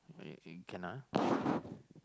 uh can lah